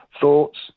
Thoughts